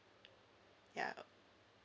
ya